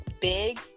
big